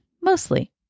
mostly